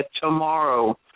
tomorrow